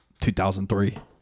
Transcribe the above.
2003